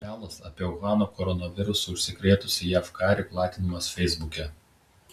melas apie uhano koronavirusu užsikrėtusį jav karį platinamas feisbuke